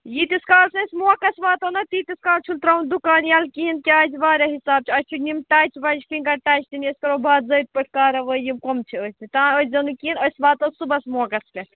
ییٖتِس کالس أسۍ موقس واتو نہٕ تیٖتِس کالس چھُنہِٕ ترٛاوُن دُکان یِلہٕ کِہیٖنٛۍ کیٛازِ وارِیاہ حِساب چھُ اَسہِ چھِ یِم ٹچ وَچ فِنٛگر تہِ نِتھ أسۍ کَرو باضٲبطہٕ پٲٹھۍ کارَوٲیی یِم کۄم چھِ ٲسۍمِتۍ تانۍ أژۍزیٚو نہٕ کِہیٖنٛۍ أسۍ واتو صُبحس موقس پٮ۪ٹھ